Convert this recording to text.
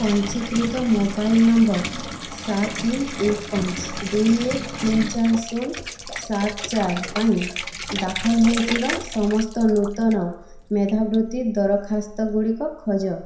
ପଞ୍ଜୀକୃତ mobile number ସାତ ତିନି ଏକ ପାଞ୍ଚ ଦୁଇ ଏକ ତିନି ଚାରି ଶୂନ ସାତ ଚାରି ପାଇଁ ଦାଖଲ ହୋଇଥିବା ସମସ୍ତ ନୂତନ ମେଧାବୃତ୍ତି ଦରଖାସ୍ତ ଗୁଡ଼ିକ ଖୋଜ